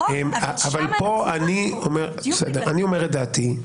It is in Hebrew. אני אומר את דעתי.